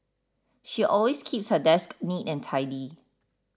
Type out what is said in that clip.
she always keeps her desk neat and tidy